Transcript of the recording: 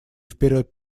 вперед